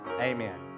amen